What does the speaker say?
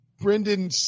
Brendan